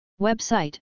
Website